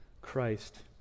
Christ